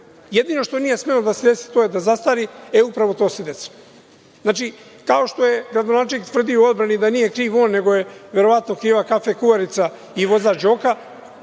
jedino što nije smelo da se desi, to je da zastari, e upravo to se desilo. Znači, kao što je gradonačelnik tvrdio u odbrani da nije krvi on, nego je verovatno kriva kafe kuvarica i vozač Đoka,